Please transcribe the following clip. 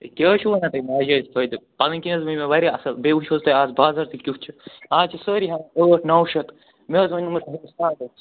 ہے کیٛاہ حظ چھُو وَنان تہۍ ناجٲیز فٲیِدٕ پَنٕنۍ کِنۍ حظ وۅنۍ مےٚ واریاہ اَصٕل بیٚیہِ وُچھِو حظ تُہۍ اَز بازَر تہِ کٮُ۪تھ چھِ اَز چھِ سٲری ہٮ۪وان ٲٹھ نَو شیٚتھ مےٚ حظ ؤنٮ۪ومَو تۄہہِ ساڑ ٲٹھ شیٚتھ